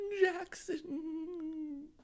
Jackson